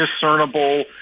discernible